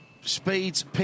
speed's